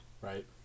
Right